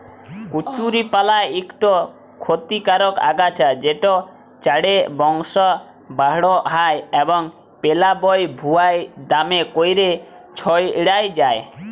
কচুরিপালা ইকট খতিকারক আগাছা যেট চাঁড়ে বংশ বাঢ়হায় এবং পেলাবল ভুঁইয়ে দ্যমে ক্যইরে ছইড়াই যায়